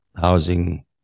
housing